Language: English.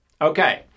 Okay